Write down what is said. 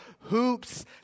hoops